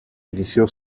inició